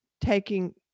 taking